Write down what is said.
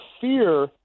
fear